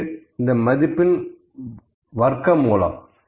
இது இந்த மதிப்பின் வர்க்க மூலம்